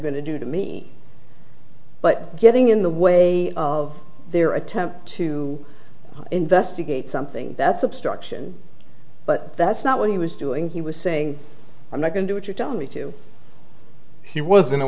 going to do to me but getting in the way of their attempt to investigate something that's obstruction but that's not what he was doing he was saying i'm not going to what you're telling me to he was in a